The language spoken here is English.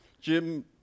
Jim